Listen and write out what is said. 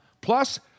Plus